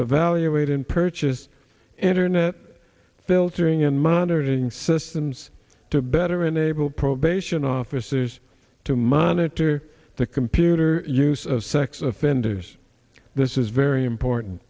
evaluate and purchase internet filtering and monitoring systems to better enable probation officers to monitor the computer use of sex offenders this is very important